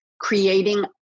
creating